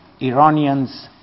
Iranians